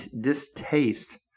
distaste